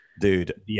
Dude